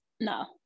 no